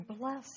bless